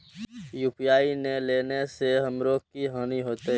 UPI ने लेने से हमरो की हानि होते?